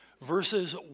verses